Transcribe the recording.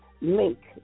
link